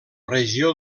regió